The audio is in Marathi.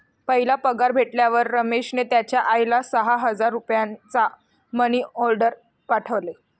पहिला पगार भेटल्यावर रमेशने त्याचा आईला सहा हजार रुपयांचा मनी ओर्डेर पाठवले